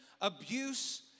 abuse